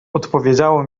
odpowiedziało